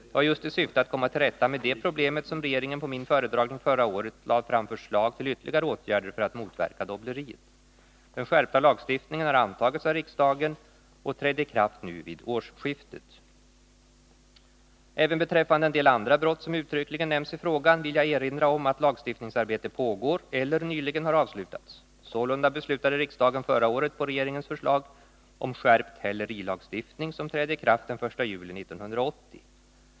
Det var just i syfte att komma till rätta med det problemet som regeringen på min föredragning förra året lade fram förslag till ytterligare åtgärder för att motverka dobbleriet. Den skärpta lagstiftningen har antagits av riksdagen och trädde i kraft nu vid årsskiftet. Även beträffande en del andra brott som uttryckligen nämns i frågan vill jagerinra om att lagstiftningsarbete pågår eller nyligen har avslutats. Sålunda beslutade riksdagen förra året på regeringens förslag om skärpt hälerilagstiftning, som trädde i kraft den 1 juli 1980.